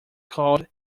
called